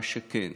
מה שכן,